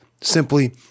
simply